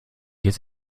jetzt